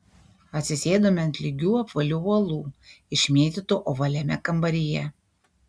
atsisėdome ant lygių apvalių uolų išmėtytų ovaliame kambaryje